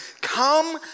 come